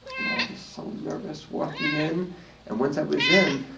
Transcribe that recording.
and i was so nervous walking in and once i was in,